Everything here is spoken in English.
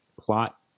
plot